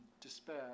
despair